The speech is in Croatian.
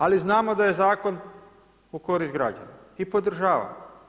Ali znamo da je zakon u korist građana i podržavamo.